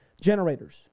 generators